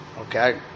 Okay